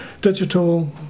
Digital